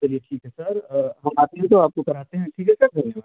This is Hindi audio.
चलिए ठीक है सर हम आते हैं तो आपको कराते हैं ठीक है सर धन्यवाद